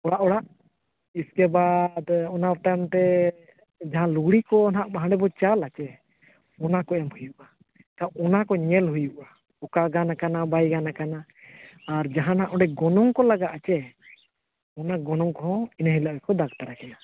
ᱚᱲᱟᱜ ᱚᱲᱟᱜ ᱤᱥᱠᱮᱵᱟᱫᱽ ᱚᱱᱟ ᱛᱟᱭᱚᱢ ᱛᱮ ᱡᱟᱦᱟᱸ ᱞᱩᱜᱽᱲᱤ ᱠᱚ ᱱᱟᱦᱟᱜ ᱦᱟᱰᱮᱵᱚ ᱪᱟᱞᱟᱥᱮ ᱚᱱᱟ ᱠᱚ ᱮᱢ ᱦᱩᱭᱩᱜᱼᱟ ᱮᱱᱠᱷᱟᱱ ᱚᱱᱟᱠᱚ ᱧᱮᱞ ᱦᱩᱭᱩᱜᱼᱟ ᱚᱠᱟ ᱜᱟᱱ ᱟᱠᱟᱱᱟ ᱵᱟᱭ ᱜᱟᱱ ᱟᱠᱟᱱᱟ ᱟᱨ ᱡᱟᱦᱟᱸ ᱱᱟᱦᱟᱜ ᱚᱸᱰᱮ ᱜᱚᱱᱚᱝ ᱠᱚ ᱞᱟᱜᱟᱜᱼᱟ ᱥᱮ ᱚᱱᱟ ᱜᱚᱱᱚᱝ ᱠᱚᱦᱚᱸ ᱤᱱᱟᱹ ᱦᱤᱞᱳᱜ ᱜᱮᱠᱚ ᱫᱟᱠ ᱛᱟᱨᱟ ᱠᱮᱫᱟ